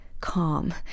calm